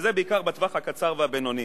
וזה בעיקר בטווח הקצר והבינוני.